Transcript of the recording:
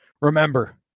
Remember